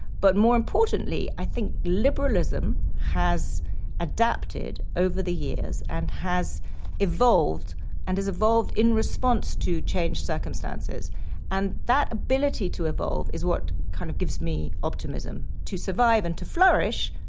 but more importantly i think liberalism has adapted over the years and has evolved and has evolved in response to changed circumstances and that ability to evolve is what kind of gives me optimism. to survive and to flourish,